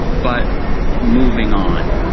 but moving on.